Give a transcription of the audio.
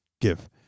Give